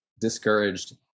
discouraged